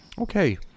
Okay